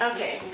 Okay